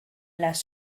las